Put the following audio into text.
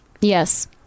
Yes